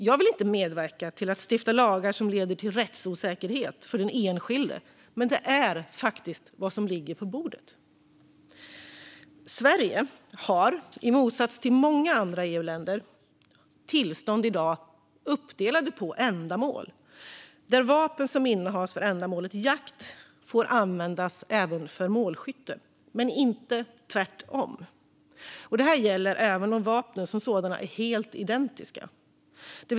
Jag vill inte medverka till att stifta lagar som leder till rättsosäkerhet för den enskilde, men det är faktiskt vad som ligger på bordet. Sverige har i dag, i motsats till många andra EU-länder, tillstånd uppdelade på ändamål - vapen som innehas för ändamålet jakt får användas även för målskytte, men inte tvärtom. Detta gäller även om vapnen som sådana är helt identiska.